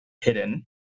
hidden